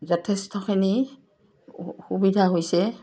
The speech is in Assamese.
যথেষ্টখিনি সুবিধা হৈছে